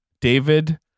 David